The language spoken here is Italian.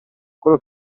quello